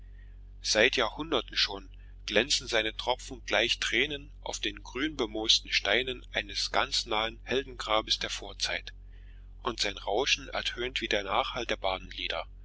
seit jahrhunderten schon glänzen seine tropfen gleich tränen auf den grünbemoosten steinen eines ganz nahen heldengrabes der vorzeit und sein rauschen ertönt wie der nachhall der